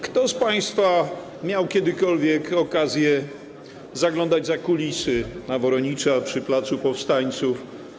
Kto z państwa miał kiedykolwiek okazję zaglądać za kulisy na ul. Woronicza, przy placu Powstańców?